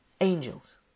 angels